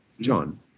John